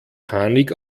panik